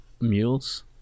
Mules